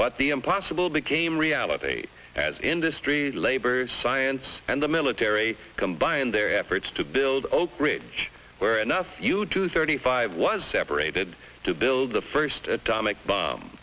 but the impossible became reality as industry labor science and the military combined their efforts to build oakridge where enough you two thirty five was separated to build the first atomic bomb